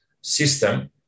system